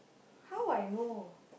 how I know